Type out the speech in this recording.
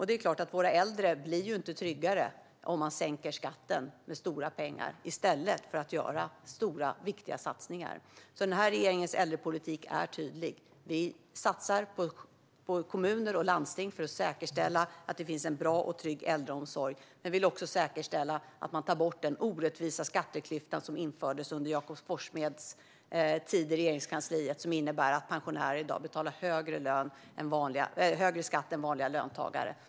Det är klart att våra äldre inte blir tryggare om man sänker skatten med stora pengar i stället för att göra stora viktiga satsningar. Regeringens äldrepolitik är tydlig. Vi satsar på kommuner och landsting för att säkerställa att det finns en bra och trygg äldreomsorg. Vi vill också säkerställa att man tar bort den orättvisa skatteklyfta som infördes under Jakob Forssmeds tid i Regeringskansliet. Den innebär att pensionärer i dag betalar högre skatt än vanliga löntagare.